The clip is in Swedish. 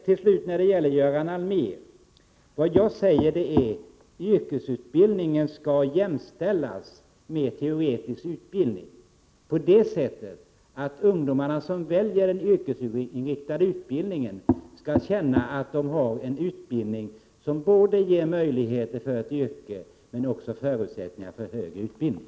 Till slut till Göran Allmér: Yrkesutbildningen skall jämställas med teoretisk utbildning på det sättet att de ungdomar som väljer yrkesinriktad utbildning skall känna att de har en utbildning som både ger möjligheter till ett yrke och ger förutsättningar för högre utbildning.